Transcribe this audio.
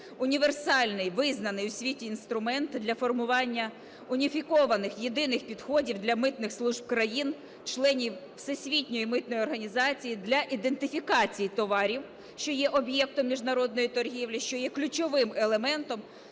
універсальний, визнаний в світі інструмент для формування уніфікованих, єдиних підходів для митних служб країн-членів Всесвітньої митної організації для ідентифікації товарів, що є об'єктом міжнародної торгівлі, що є ключовим елементом